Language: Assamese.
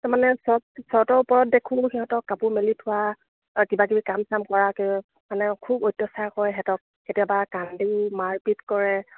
তাৰ মানে চৰ্ট চৰ্টৰ ওপৰত দেখোঁ সিহঁতক কাপোৰ মেলি থোৱা কিবা কিবি কাম চাম কৰাকে মানে খুব অত্যাচাৰ কৰে সিহঁতক কেতিয়াবা কান্দি মাৰপিট কৰে